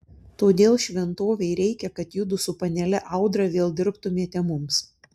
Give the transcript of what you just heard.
todėl šventovei reikia kad judu su panele audra vėl dirbtumėte mums